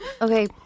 Okay